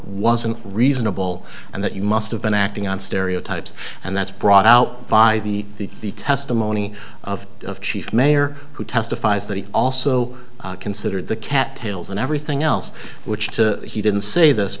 wasn't reasonable and that you must have been acting on stereotypes and that's brought out by the testimony of of chief mayer who testifies that he also considered the cat tails and everything else which to he didn't say this